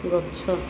ଗଛ